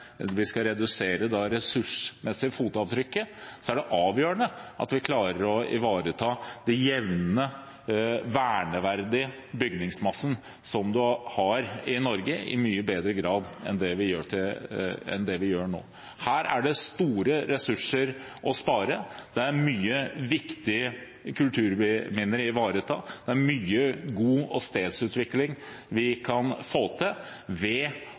vi skal redusere det ressursmessige fotavtrykket, er det avgjørende at vi klarer å ivareta den jevne verneverdige bygningsmassen som man har i Norge, mye bedre enn vi gjør nå. Her er det store ressurser å spare. Det er mange viktige kulturminner å ivareta, og det er mye god stedsutvikling vi kan få til, ved